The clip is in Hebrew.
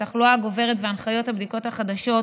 התחלואה הגוברת והנחיות הבדיקה החדשות,